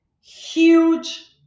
Huge